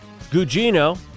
Gugino